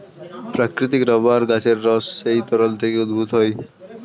প্রাকৃতিক রাবার গাছের রস সেই তরল থেকে উদ্ভূত হয়